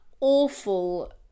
awful